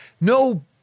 no